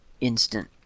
instant